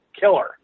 killer